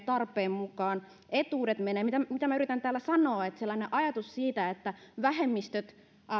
tarpeen mukaan etuudet menevät mitä minä yritän tällä sanoa on ajatus siitä että